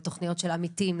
לתוכניות של עמיתים,